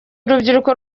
urubyiruko